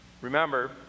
Remember